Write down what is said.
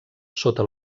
sota